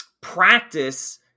practice